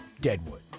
Deadwood